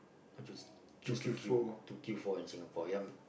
or just just to queue to queue for in Singapore yeah